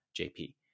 JP